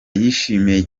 yishimiye